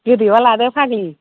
गोदैबा लादो फाग्लि